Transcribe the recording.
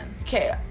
Okay